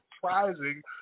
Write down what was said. surprising